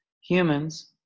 humans